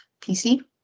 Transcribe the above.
PC